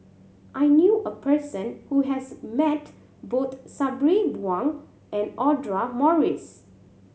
I knew a person who has met both Sabri Buang and Audra Morrice